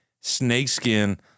snakeskin